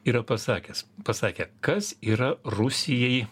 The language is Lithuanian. yra pasakęs pasakė kas yra rusijai